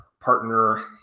partner